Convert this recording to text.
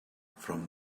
from